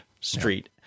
street